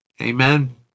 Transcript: amen